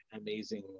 amazing